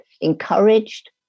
encouraged